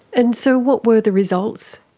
and so what were the results?